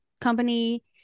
company